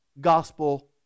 gospel